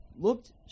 Looked